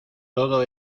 todo